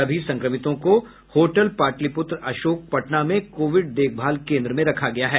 सभी संक्रमितों को होटल पाटिलपुत्र अशोक पटना में कोविड देखभाल केन्द्र में रखा गया है